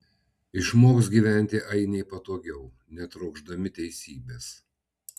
išmoks gyventi ainiai patogiau netrokšdami teisybės